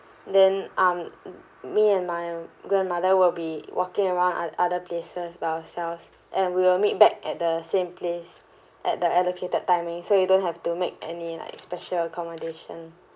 then um me and my grandmother will be walking around o~ other places by ourselves and we will meet back at the same place at the allocated timing so you don't have to make any like special accommodation